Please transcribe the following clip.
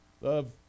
Love